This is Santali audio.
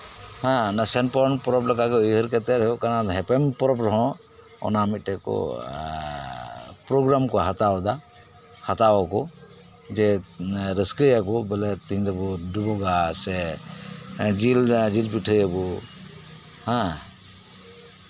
ᱦᱮᱸ ᱥᱮᱱ ᱯᱟᱨᱚᱢ ᱟᱠᱟᱱ ᱯᱚᱨᱚᱵᱽ ᱞᱮᱠᱟ ᱜᱮ ᱩᱭᱦᱟᱹᱨ ᱠᱟᱛᱮᱫ ᱦᱩᱭᱩᱜ ᱠᱟᱱᱟ ᱮᱯᱮᱢ ᱯᱚᱨᱚᱵ ᱨᱮᱦᱚᱸ ᱚᱱᱟ ᱢᱤᱫᱴᱮᱱ ᱠᱚ ᱯᱨᱳᱜᱨᱟᱢ ᱠᱚ ᱦᱟᱛᱟᱣ ᱮᱫᱟ ᱦᱟᱛᱟᱥᱣ ᱟᱠᱚ ᱡᱮ ᱨᱟᱹᱥᱠᱟᱹ ᱭᱟᱠᱚ ᱵᱚᱞᱮ ᱛᱮᱦᱤᱧ ᱫᱚᱵᱚ ᱰᱩᱵᱩᱜᱼᱟ ᱥᱮ ᱡᱤᱞ ᱡᱤᱞ ᱯᱤᱴᱷᱟᱹᱭᱟᱵᱚ ᱦᱮᱸ